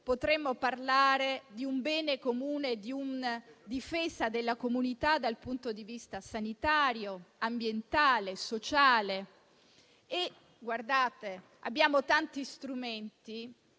potremo parlare di un bene comune e di una difesa della comunità dal punto di vista sanitario, ambientale e sociale. Abbiamo tanti strumenti